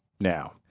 now